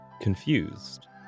confused